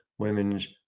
women's